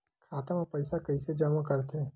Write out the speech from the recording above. खाता म पईसा कइसे जमा करथे?